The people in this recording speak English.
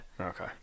Okay